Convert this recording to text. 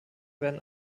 werden